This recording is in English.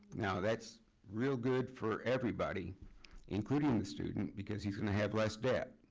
now that's real good for everybody including the student. because he's gonna have less debt.